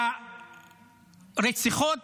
והרציחות